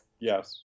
Yes